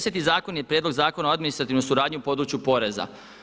Deseti zakon je Prijedlog zakona o administrativnoj suradnji u području poreza.